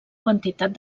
quantitat